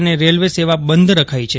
અને રેલવે સેવા બંધ રખાઈ છે